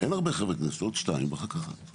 מהדיון עולה לגבי